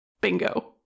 Bingo